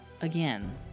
again